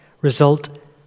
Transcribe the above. result